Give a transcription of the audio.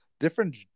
different